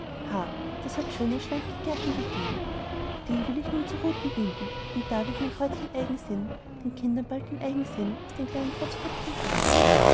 das hat schöne schlanke gerten gegeben die will ich nun zu ruten binden und da wird mein kräutchen eigensinn den kindern bald den eigensinn aus dem kleinen trotzköpfchen treiben